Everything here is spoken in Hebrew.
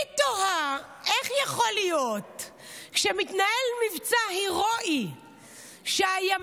אני תוהה איך יכול להיות שמתנהל מבצע הירואי שהימ"מ,